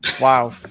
Wow